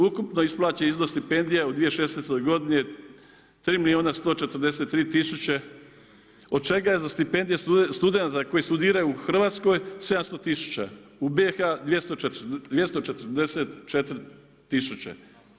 Ukupno isplaćen iznos stipendija u 2016. godini je 3 milijuna 143 tisuće od čega je za stipendije studenata koji studiraju u Hrvatskoj 700 tisuća, u BiH 244 tisuće.